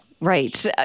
Right